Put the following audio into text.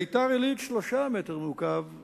ביתר-עילית, 3 מטרים מעוקבים